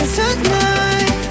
tonight